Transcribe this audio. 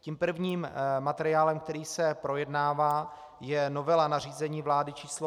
Tím prvním materiálem, který se projednává, je novela nařízení vlády číslo 363/2009.